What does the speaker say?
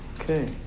Okay